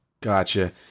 Gotcha